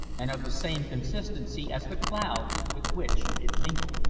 and of the same consistency as the clouds with which it mingled.